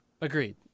Agreed